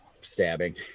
Stabbing